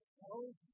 tells